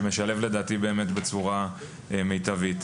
שמשלב לדעתי בצורה מיטבית.